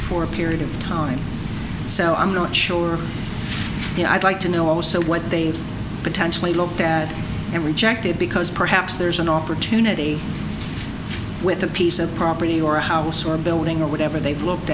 for a period of time so i'm not sure i'd like to know also what they've potentially looked at and rejected because perhaps there's an opportunity with a piece of property or a house or a building or whatever they've looked